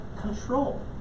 control